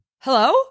hello